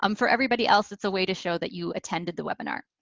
um for everybody else it's a way to show that you attended the webinar.